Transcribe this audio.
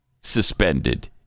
suspended